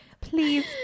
Please